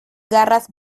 garras